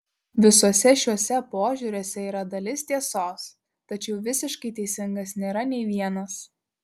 visuose šiuose požiūriuose yra dalis tiesos tačiau visiškai teisingas nėra nei vienas